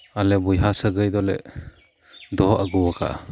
ᱟᱞᱮ ᱵᱚᱭᱦᱟ ᱥᱟᱹᱜᱟᱹᱭ ᱫᱚᱞᱮ ᱫᱚᱦᱚ ᱟᱹᱜᱩ ᱟᱠᱟᱫᱟ